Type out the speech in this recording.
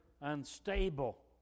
unstable